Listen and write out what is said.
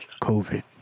COVID